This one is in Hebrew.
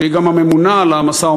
שהיא גם הממונה על המשא-ומתן,